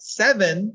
seven